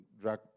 drug